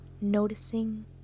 noticing